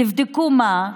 תבדקו מה,